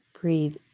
Breathe